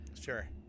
Sure